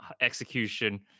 execution